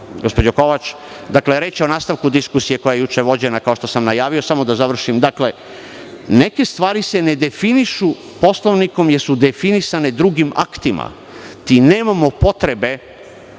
gospođo Kovač. Dakle, reč je o nastavku diskusije koja je juče vođena, kao što sam najavio. Samo da završim. Neke stvari se ne definišu Poslovnikom, jer su definisane drugim aktima. Nema potrebe